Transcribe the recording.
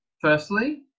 firstly